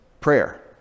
prayer